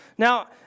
Now